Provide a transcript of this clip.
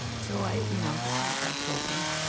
so i you know i told him.